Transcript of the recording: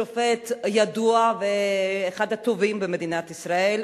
שופט ידוע ואחד הטובים במדינת ישראל,